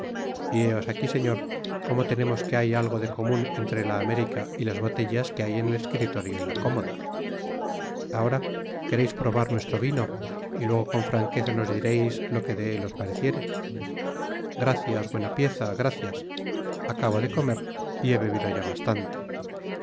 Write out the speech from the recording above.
aquí señor como tenemos que hay algo de comun entre la américa y las boteltas que hay en el escritorio y la cómoda ahora quereis probar nuestro vino y luego con franqueza nos direis lo que de él os pareciere gracias buena pieza gracias acabo de comer y he bebido ya bastante